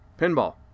Pinball